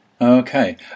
okay